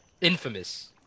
infamous